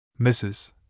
Mrs